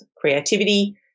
creativity